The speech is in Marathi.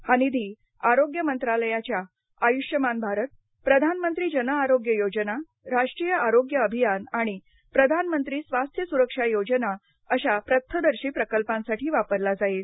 हा निधी आरोग्य मंत्रालयाच्या आयुष्यमान भारत प्रधानमंत्री जन आरोग्य योजना राष्ट्रीय आरोग्य अभियान आणि प्रधान मंत्री स्वास्थ्य सुरक्षा योजना अश्या पथदर्शी प्रकल्पांसाठी वापरला जाईल